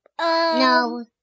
No